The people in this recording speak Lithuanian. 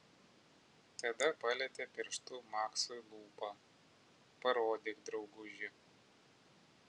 tada palietė pirštu maksui lūpą parodyk drauguži